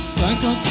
Psycho